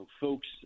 folks